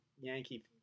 Yankee